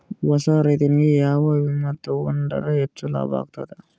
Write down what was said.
ಹೊಸಾ ರೈತನಿಗೆ ಯಾವ ವಿಮಾ ತೊಗೊಂಡರ ಹೆಚ್ಚು ಲಾಭ ಆಗತದ?